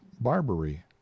barbary